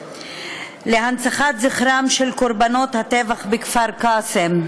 להנצחת זכרם של קורבנות הטבח בכפר-קאסם,